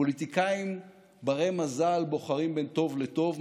פוליטיקאים בני-מזל בוחרים בין טוב לטוב,